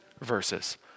verses